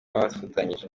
afatanyije